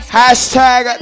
hashtag